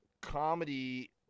Comedy